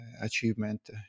Achievement